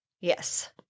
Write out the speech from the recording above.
Yes